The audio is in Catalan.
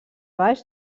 baix